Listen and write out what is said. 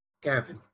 Gavin